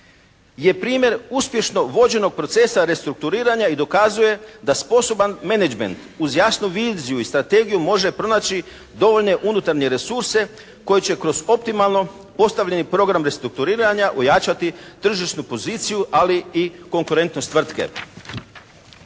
je primjer uspješno vođenog procesa restrukturiranja i dokazuje da sposoban menadžment uz jasnu viziju i strategiju može pronaći dovoljne unutarnje resurse koji će kroz optimalno postavljeni program restrukturiranja ojačati tržišnu poziciju, ali i konkurentnost tvrtke.